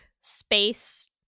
space